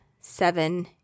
seven